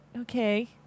okay